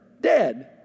dead